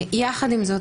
יחד עם זאת,